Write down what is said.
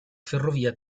ferrovia